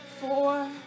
Four